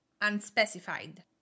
unspecified